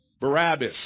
Barabbas